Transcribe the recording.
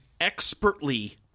expertly